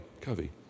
Covey